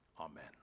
Amen